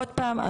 עוד פעם,